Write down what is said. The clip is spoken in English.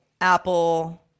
Apple